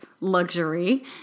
luxury